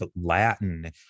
Latin